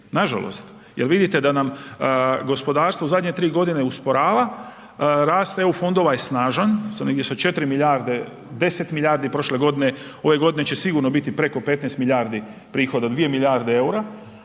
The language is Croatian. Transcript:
nažalost. Jer vidite da nam gospodarstvo u zadnje 3 godine usporava, rast EU fondova je snažan, tu sam negdje sa 4 milijarde, 10 milijardi prošle godine, ove godine će sigurno biti preko 15 milijardi, 2 milijarde EUR-a,